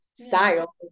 style